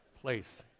place